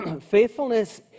Faithfulness